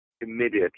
immediately